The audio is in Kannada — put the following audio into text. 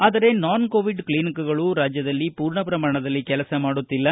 ಆದರೆ ನಾನ್ ಕೋವಿಡ್ ಕ್ಲಿನಿಕ್ಗಳು ರಾಜ್ಯದಲ್ಲಿ ಪೂರ್ಣಪ್ರಮಾಣದಲ್ಲಿ ಕೆಲಸ ಮಾಡುತ್ತಿಲ್ಲ